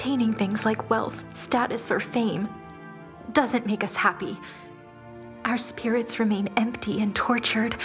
taining things like wealth status or fame doesn't make us happy our spirits remain empty and tortured